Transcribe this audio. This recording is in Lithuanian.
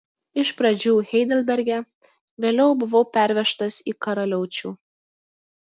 iš pradžių heidelberge vėliau buvau pervežtas į karaliaučių